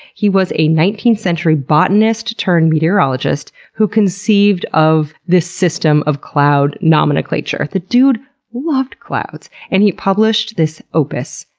he was a nineteenth century botanist turned meteorologist who conceived of this system of cloud nomenclature. the dude loved clouds, and he published this opus,